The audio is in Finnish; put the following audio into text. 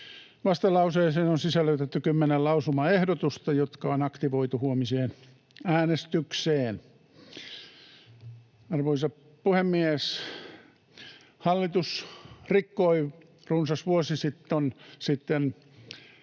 vastalauseeseen on sisällytetty kymmenen lausumaehdotusta, jotka on aktivoitu huomiseen äänestykseen. Arvoisa puhemies! Hallitus rikkoi runsas vuosi sitten